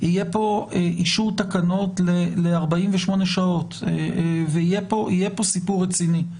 יהיה פה אישור תקנות ל-48 שעות ויהיה פה סיפור רציני.